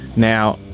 now,